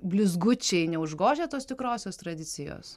blizgučiai neužgožia tos tikrosios tradicijos